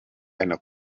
eine